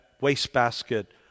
wastebasket